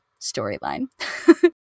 storyline